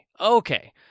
okay